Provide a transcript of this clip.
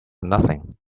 nothing